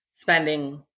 Spending